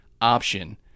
option